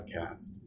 podcast